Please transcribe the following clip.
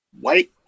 White